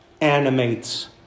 animates